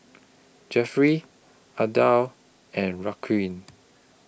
Jeffrey Adah and Raquel